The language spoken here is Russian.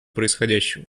происходящего